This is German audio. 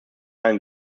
einem